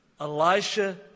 Elisha